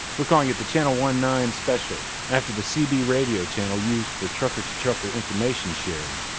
we're calling it the channel one-nine special, after the cb radio channel used for trucker-to-trucker information sharing.